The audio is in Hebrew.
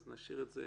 אז נשאיר את זה.